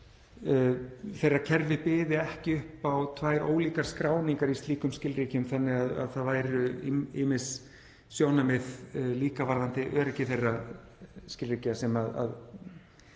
að kerfi hennar byði ekki upp á tvær ólíkar skráningar í slíkum skilríkjum þannig að það væru ýmis sjónarmið líka varðandi öryggi þeirra skilríkja sem